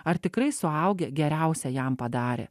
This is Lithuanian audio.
ar tikrai suaugę geriausią jam padarė